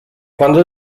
quando